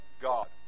God